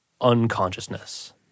unconsciousness